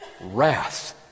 Wrath